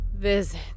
visit